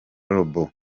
robo